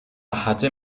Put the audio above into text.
hatte